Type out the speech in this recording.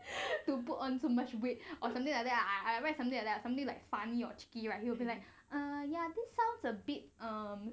or put on so much weight or something like that ya I write something like that something like funny or cheeky right he will be like err ya this sounds a bit um